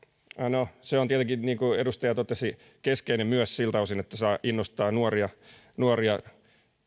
no se on tietenkin niin kuin edustaja totesi keskeinen myös siltä osin että saa innostaa nuoria nuoria